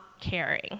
caring